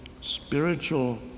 spiritual